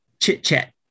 chit-chat